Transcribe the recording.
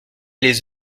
les